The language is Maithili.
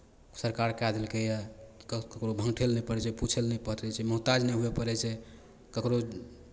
सरकार कए देलकैए ककरो भङ्गठै लए नहि पड़ै छै पूछय नहि पड़ै छै मोहताज नहि हुए पड़ै छै ककरो